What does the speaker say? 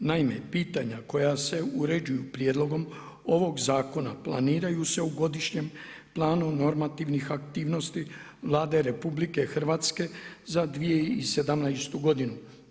Naime, pitanja koja se uređuju prijedlogom ovog zakona planiraju se u Godišnjem planu normativnih aktivnosti Vlade RH za 2017. godinu.